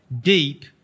deep